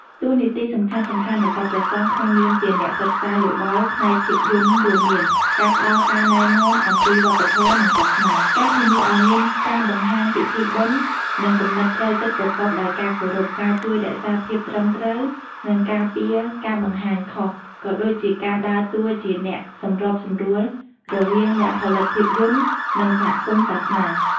តួនាទីសំខាន់ៗរបស់ព្រះសង្ឃក្នុងនាមជាអ្នកប្រឹក្សាយោបល់ផ្នែកភាពយន្តរួមមាន ការផ្ដល់ការណែនាំអំពីវប្បធម៌ និងសាសនា ការធានាឲ្យមានការបង្ហាញពិធីបុណ្យ និងគំនិតផ្លូវចិត្តប្រកបដោយការគោរព ការជួយរក្សាភាពត្រឹមត្រូវ និងការពារការបង្ហាញខុស ក៏ដូចជាការដើរតួជាអ្នកសម្របសម្រួលរវាងអ្នកផលិតភាពយន្ត និងសហគមន៍សាសនា។